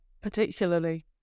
particularly